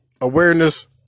awareness